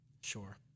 sure